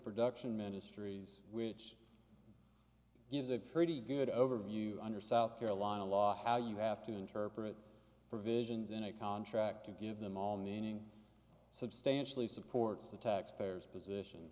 production ministries which gives a pretty good overview under south carolina law how you have to interpret provisions in a contract to give them all meaning substantially supports the taxpayers position